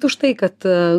už tai kad